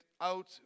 out